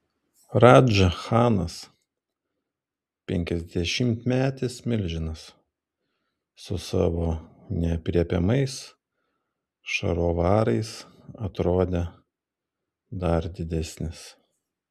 radža chanas penkiasdešimtmetis milžinas su savo neaprėpiamais šarovarais atrodė dar didesnis